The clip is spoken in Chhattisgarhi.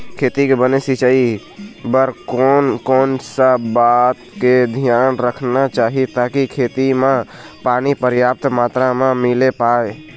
खेती के बने सिचाई बर कोन कौन सा बात के धियान रखना चाही ताकि खेती मा पानी पर्याप्त मात्रा मा मिल पाए?